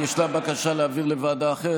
ישנה בקשה להעביר לוועדה אחרת.